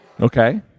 Okay